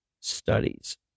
studies